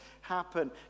happen